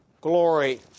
glory